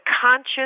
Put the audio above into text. conscious